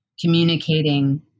communicating